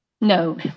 No